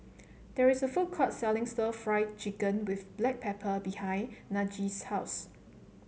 there is a food court selling Stir Fried Chicken with Black Pepper behind Najee's house